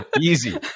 easy